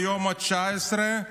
ביום ה-19,